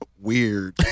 weird